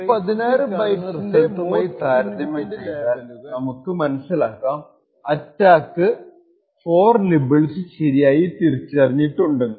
ഈ 16 ബൈറ്റ്സിന്റെ most significant ലേബലുകൾ ഈ ബ്രേസസ്സിൽ കാണുന്ന റിസൾട്ടുമായി താരതമ്യം ചെയ്താൽ നമുക്ക് മനസ്സിലാക്കാം അറ്റാക്ക് 4 നിബ്ബ്ൾസ് ശരിയായി തിരിച്ചറിഞ്ഞിട്ടുണ്ട്